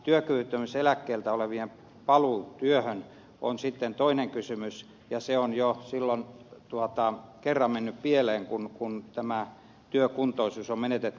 työkyvyttömyyseläkkeellä olevien paluu työhön on sitten toinen kysymys ja se on jo silloin kerran mennyt pieleen kun työkuntoisuus on menetetty